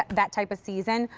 that type of season.